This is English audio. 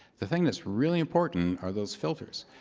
the thing that's really important are those filters.